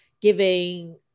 giving